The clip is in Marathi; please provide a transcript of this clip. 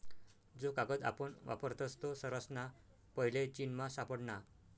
जो कागद आपण वापरतस तो सर्वासना पैले चीनमा सापडना